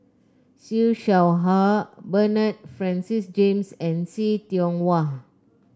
Siew Shaw Her Bernard Francis James and See Tiong Wah